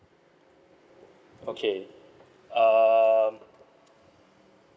okay um